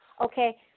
okay